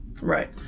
Right